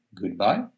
goodbye